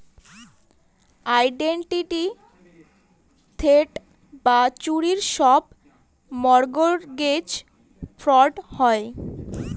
identity theft বা চুরির সব মর্টগেজ ফ্রড হয়